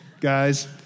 Guys